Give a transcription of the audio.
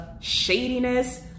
shadiness